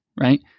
right